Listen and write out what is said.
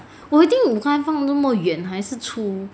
我已经有放那么远还是出